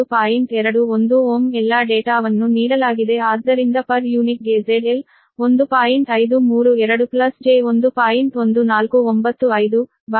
21 Ω ಎಲ್ಲಾ ಡೇಟಾವನ್ನು ನೀಡಲಾಗಿದೆ ಆದ್ದರಿಂದ ಪರ್ ಯೂನಿಟ್ ಗೆ ZL 1